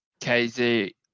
KZ